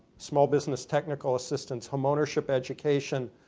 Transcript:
small business, technical assistance, homeownership education.